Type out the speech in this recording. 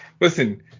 Listen